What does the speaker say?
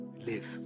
live